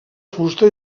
fusta